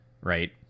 right